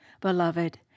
Beloved